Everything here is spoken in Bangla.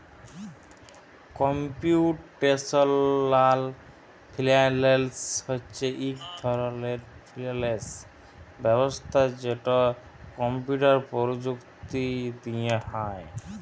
কম্পিউটেশলাল ফিল্যাল্স হছে ইক ধরলের ফিল্যাল্স ব্যবস্থা যেট কম্পিউটার পরযুক্তি দিঁয়ে হ্যয়